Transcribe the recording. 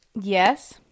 Yes